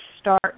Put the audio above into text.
start